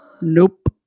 Nope